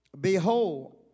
Behold